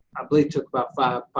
i believe took about five,